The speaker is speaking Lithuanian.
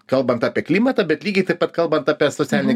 kalbant apie klimatą bet lygiai taip pat kalbant apie socialinį